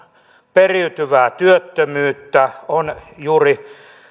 periytyvää työttömyyttä on juuri